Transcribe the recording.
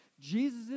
Jesus